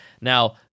Now